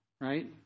right